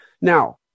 Now